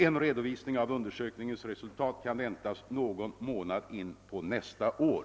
En redovisning av undersökningens resultat kan väntas någon månad in på nästa år.